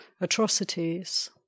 atrocities